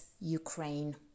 Ukraine